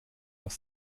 aus